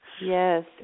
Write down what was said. Yes